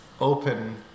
open